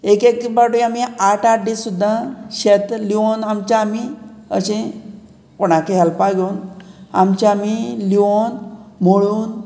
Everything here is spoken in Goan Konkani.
एक एक पावटी आमी आठ आठ दीस सुद्दां शेत लिवोन आमचे आमी अशें कोणाकी हेल्पाक घेवन आमचे आमी लिवोन मोळून